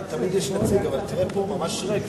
אבל תראה, פה ממש ריק.